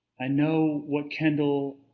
i know what kendall,